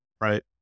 right